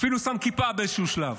אפילו שם כיפה באיזשהו שלב,